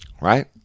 right